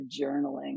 journaling